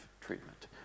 treatment